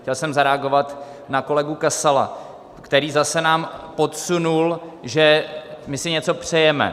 Chtěl jsem zareagovat na kolegu Kasala, který zase nám podsunul, že my si něco přejeme.